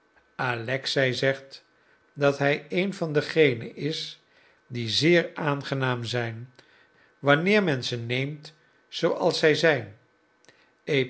alexei zegt dat hij een van degenen is die zeer aangenaam zijn wanneer men ze neemt zooals zij zijn